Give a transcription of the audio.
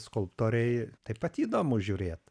skulptoriai taip pat įdomu žiūrėt